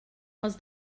els